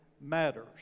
matters